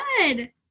good